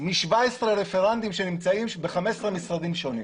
מבין 17 רפרנטים שונים שנמצאים ב-15 משרדים שונים.